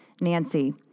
Nancy